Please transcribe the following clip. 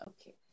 Okay